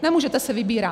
Nemůžete si vybírat.